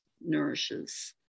nourishes